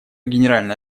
генеральная